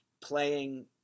playing